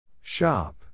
Shop